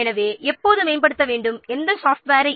எனவே எப்போது மேம்படுத்த வேண்டும் எந்த சாப்ட்வேரை